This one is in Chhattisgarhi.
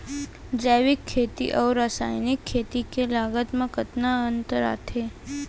जैविक खेती अऊ रसायनिक खेती के लागत मा कतना अंतर आथे?